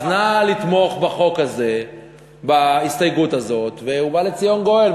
אז נא לתמוך בהסתייגות הזאת, ובא לציון גואל.